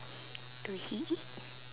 do he eat